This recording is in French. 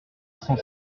cent